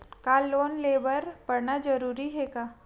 का लोन ले बर पढ़ना जरूरी हे का?